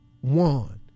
one